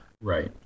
Right